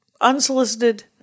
unsolicited